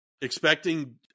expecting